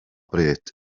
bryd